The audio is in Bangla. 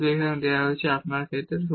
কিন্তু এটি দেওয়া হয়েছে আপনার ক্ষেত্রে